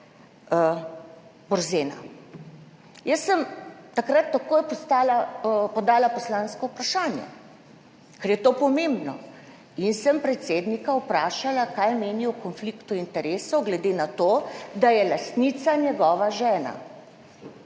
Jaz sem takrat takoj podala poslansko vprašanje, ker je to pomembno, in sem predsednika vprašala, kaj meni o konfliktu interesov glede na to, da je lastnica njegova žena.